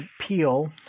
Peel